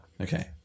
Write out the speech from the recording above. Okay